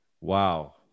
Wow